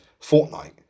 Fortnite